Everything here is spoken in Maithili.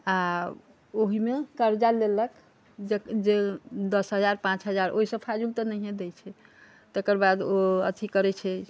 आओर ओहीमे कर्जा लेलक जे दस हजार पाँच हजार ओइसँ फाजिल तऽ नहिए दै छै तकर बाद ओ अथी करै छै